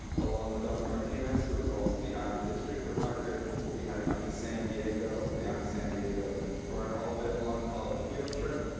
along with dr. martinez who is also the avid district director will be heading up to san diego or down to san diego for an all day long college field trip.